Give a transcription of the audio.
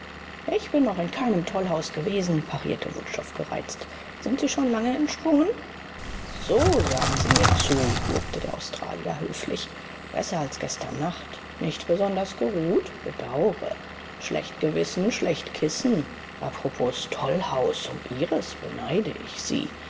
ich bin noch in keinem tollhaus gewesen parierte wutschow gereizt sind sie schon lange entsprungen so sagen sie mir zu lobte der australier höflich besser als gestern nacht nicht besonders geruht bedaure schlecht gewissen schlecht kissen apropos tollhaus um ihres beneide ich sie